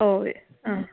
ഓ ആ